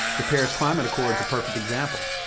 the paris climate accord is a perfect example.